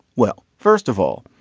well, first of all,